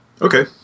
Okay